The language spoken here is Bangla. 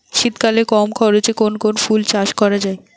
শীতকালে কম খরচে কোন কোন ফুল চাষ করা য়ায়?